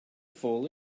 fall